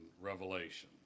Revelation